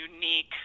unique